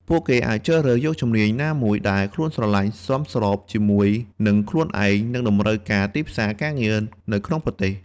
ពួកគេអាចជ្រើសរើសយកជំនាញណាមួយដែលខ្លួនស្រឡាញ់សមស្របជាមួយនិងខ្លួនឯង និងតម្រូវការទីផ្សារការងារនៅក្នុងប្រទេស។